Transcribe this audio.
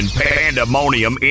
pandemonium